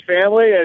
family